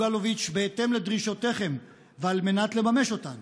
אלוביץ' בהתאם לדרישותיכם ועל מנת לממש אותן